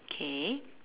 K